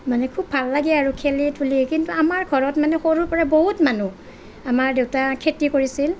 মানে খুুব ভাল লাগে আৰু খেলি ধূলি কিন্তু আমাৰ ঘৰত মানে সৰুৰ পৰাই বহুত মানুহ আমাৰ দেউতা খেতি কৰিছিল